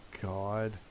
God